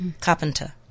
Carpenter